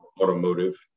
automotive